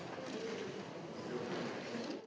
hvala.